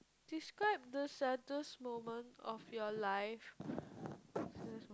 describe the saddest moment of your life